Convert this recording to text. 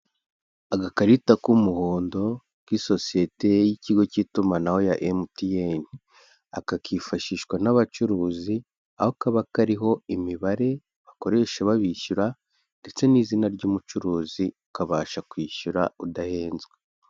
Agakarita k'umuhondo k'isosiyete y'ikigo cy'itumanaho ya MTN, aka kifashishwa n'abacuruzi, aho kaba kariho imibare bakoresha babishyura ndetse n'izina ry'umucuruzi, ukabasha kwishyura udahenzwe.